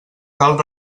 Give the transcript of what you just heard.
cal